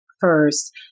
first